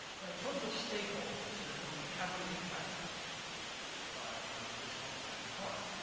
there are tons of stakeholders that will be heavily impacted by the self-driving car.